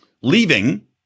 leaving